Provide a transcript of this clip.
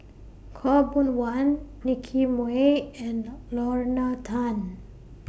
Khaw Boon Wan Nicky Moey and Lorna Tan